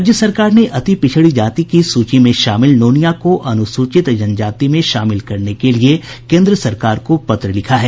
राज्य सरकार ने अति पिछड़ी जाति की सूची में शामिल नोनिया को अनुसूचित जनजाति में शामिल करने के लिये केंद्र सरकार को पत्र लिखा है